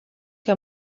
que